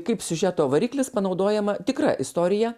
kaip siužeto variklis panaudojama tikra istorija